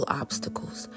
obstacles